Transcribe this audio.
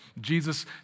Jesus